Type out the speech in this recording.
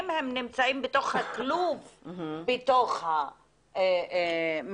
הם נמצאים בתוך הכלוב בתוך המכונית,